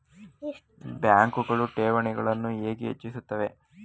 ಬ್ಯಾಂಕುಗಳು ಠೇವಣಿಗಳನ್ನು ಹೇಗೆ ಹೆಚ್ಚಿಸುತ್ತವೆ?